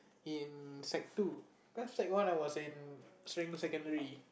in sec two cause sec one I was in Serangoon Secondary